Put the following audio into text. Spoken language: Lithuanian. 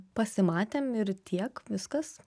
pasimatėm ir tiek viskas